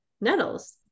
nettles